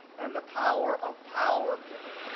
and the power of power pivot.